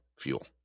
fuel